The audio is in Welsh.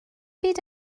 byd